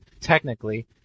technically